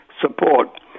support